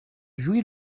jouy